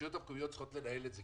הרשויות המקומיות צריכות לנהל את זה.